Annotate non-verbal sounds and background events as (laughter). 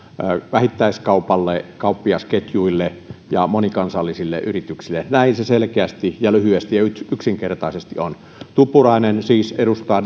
vähittäiskaupalle kauppiasketjuille ja monikansallisille yrityksille näin se selkeästi ja lyhyesti ja yksinkertaisesti on tuppurainen siis edustaa (unintelligible)